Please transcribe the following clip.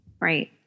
Right